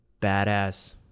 badass